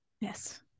Yes